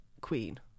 Queen